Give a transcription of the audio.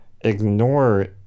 ignore